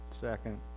Second